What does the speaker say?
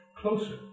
closer